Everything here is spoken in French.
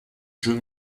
jeu